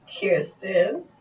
Kirsten